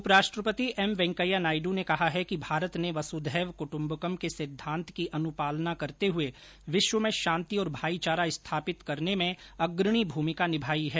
उप राष्ट्रपति एम वेंकैया नायडु ने कहा है कि भारत ने वसुधैव कुटुम्बकम के सिद्धान्त की अनुपालना करते हुए विश्व में शांति और भाईचारा स्थापित करने में अग्रणी भूर्मिका निर्माई है